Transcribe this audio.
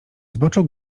zboczu